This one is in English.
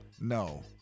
No